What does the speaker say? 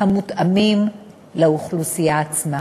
המותאמים לאוכלוסייה עצמה.